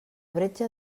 bretxa